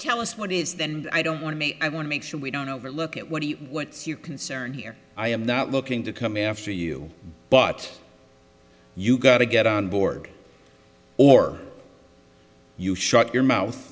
tell us what is the and i don't want me i want to make sure we don't over look at what what's your concern here i am not looking to come after you but you gotta get on board or you shut your mouth